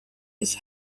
his